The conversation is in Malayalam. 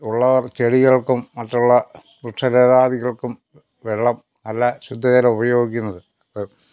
ഉള്ളവർ ചെടികൾക്കും മറ്റുള്ള വൃക്ഷലതാദികൾക്കും വെള്ളം നല്ല ശുദ്ധജലം ഉപയോഗിക്കുന്നത്